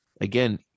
again